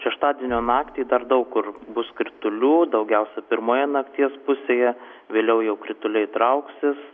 šeštadienio naktį dar daug kur bus kritulių daugiausia pirmoje nakties pusėje vėliau jau krituliai trauksis